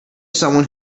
someone